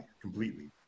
completely